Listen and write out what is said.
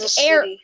air